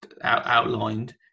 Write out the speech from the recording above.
outlined